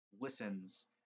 listens